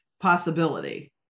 possibility